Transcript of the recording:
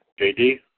JD